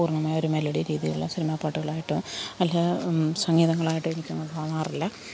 പൂർണ്ണമായൊരു melody രീതിയിലുള്ള സിനിമ പാട്ടുകളായിട്ട് അല്ല സംഗീതങ്ങളായിട്ട് എനിക്കൊന്നും തോന്നാറില്ല